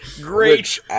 Great